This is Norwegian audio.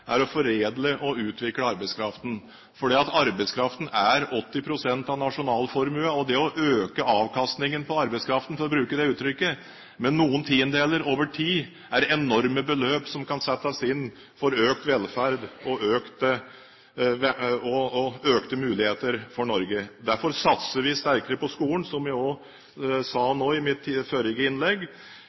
Det å øke avkastningen på arbeidskraften – for å bruke det uttrykket – med noen tiendedeler over tid betyr enorme beløp som kan settes inn for økt velferd og økte muligheter for Norge. Derfor satser vi sterkere på skolen, som jeg også sa i mitt forrige innlegg.